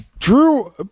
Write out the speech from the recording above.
Drew